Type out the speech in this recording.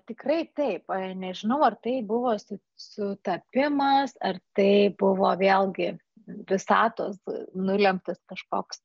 tikrai taip nežinau ar tai buvo sutapimas ar tai buvo vėlgi visatos nulemtas kažkoks